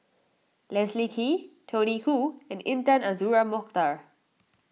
Leslie Kee Tony Khoo and Intan Azura Mokhtar